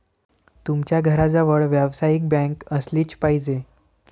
तुमच्या घराजवळ व्यावसायिक बँक असलीच पाहिजे